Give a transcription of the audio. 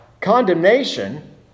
Condemnation